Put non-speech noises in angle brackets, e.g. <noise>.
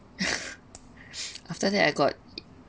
<laughs> after that I got